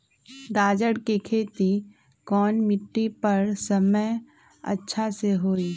गाजर के खेती कौन मिट्टी पर समय अच्छा से होई?